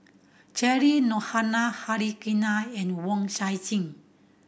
Cheryl Noronha Harichandra and Wong Nai Chin